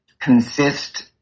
consist